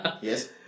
Yes